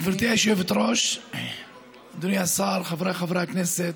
גברתי היושבת-ראש, אדוני השר, חבריי חברי הכנסת,